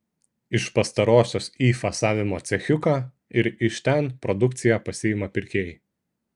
iš pastarosios į fasavimo cechiuką ir iš ten produkciją pasiima pirkėjai